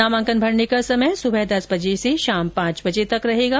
नामांकन भरने का समय सुबह दस बजे से शाम पांच बजे तक रहेगा